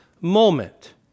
moment